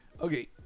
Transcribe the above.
Okay